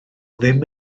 ddim